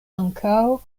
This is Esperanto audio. ankaŭ